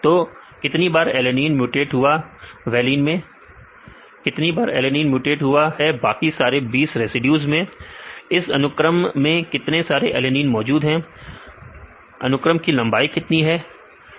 तो कितनी बार एलेनिन म्यूटेट हुआ है वैलीन में कितनी बार एलेनिन म्यूटेट हुआ है बाकी सारे 20 रेसिड्यू में इस अनुक्रम में कितने सारे एलेनिन मौजूद हैं अनुक्रम की लंबाई कितनी है